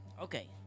Okay